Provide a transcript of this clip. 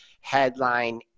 headline